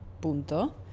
Punto